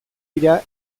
dira